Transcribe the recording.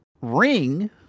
ring